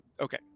okay